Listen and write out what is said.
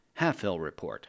halfhillreport